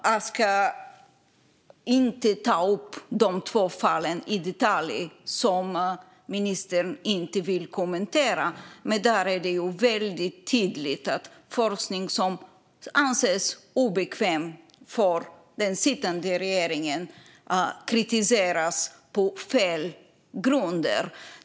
Jag ska inte i detalj ta upp de två fallen som ministern inte vill kommentera, men där är det väldigt tydligt att forskning som anses obekväm för den sittande regeringen kritiseras på fel grunder.